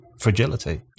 fragility